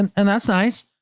and and that's nice,